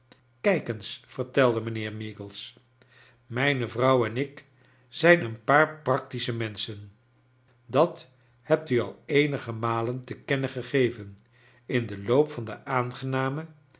kijk eens vertelde mijnheer meagles mijne vrouw en ik zijn een paar practische menschen dat hebt u al eenige maien te kennen gegeven in den loop van de aangename